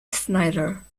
snider